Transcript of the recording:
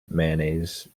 mayonnaise